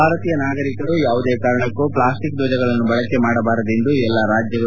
ಭಾರತೀಯ ನಾಗರಿಕರು ಯಾವುದೇ ಕಾರಣಕ್ಕೂ ಪ್ಲಾಸ್ಟಿಕ್ ರ್ವಜಗಳನ್ನು ಬಳಕೆ ಮಾಡಬಾರದೆಂದು ಎಲ್ಲ ರಾಜ್ಯಗಳು